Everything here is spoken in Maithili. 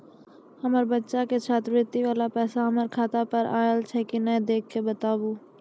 हमार बच्चा के छात्रवृत्ति वाला पैसा हमर खाता पर आयल छै कि नैय देख के बताबू?